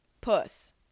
puss